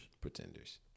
Pretenders